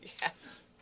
Yes